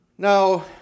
Now